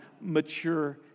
mature